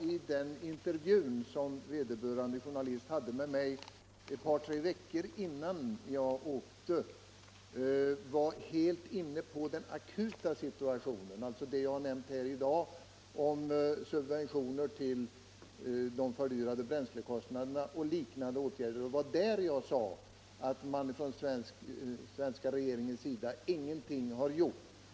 I den intervju som vederbörande journalist hade med mig ett par tre dagar innan jag åkte, var jag helt inne på den akuta situationen — det som jag har nämnt här i dag om subventioner till de ökade bränslekostnaderna och liknande åtgärder. Det var i det sammanhanget jag sade att man från den svenska regeringens sida ingenting har gjort.